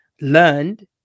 learned